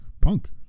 Punk